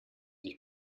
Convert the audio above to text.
dich